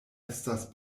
estas